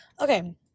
Okay